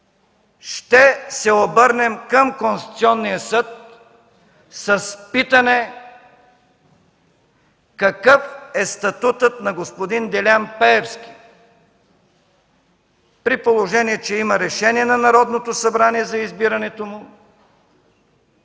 ще се обърнем към Конституционния съд с питане: какъв е статутът на господин Делян Пеевски, при положение че има решение на Народното събрание за избирането му,